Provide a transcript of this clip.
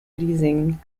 leasing